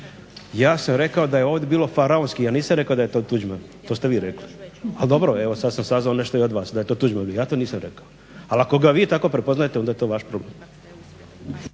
Ja sam rekao da je ovdje bilo faraonskih, ja nisam rekao da je to Tuđman, to ste vi rekli, ali dobro sad sam saznao nešto i od vas, da je to Tuđman bio, ja to nisam rekao. Ali ako ga vi tako prepoznajete onda je to vaš problem.